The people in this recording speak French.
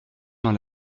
dans